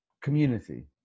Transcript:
community